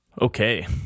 Okay